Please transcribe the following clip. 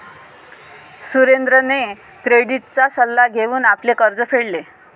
सुरेंद्रने क्रेडिटचा सल्ला घेऊन आपले कर्ज फेडले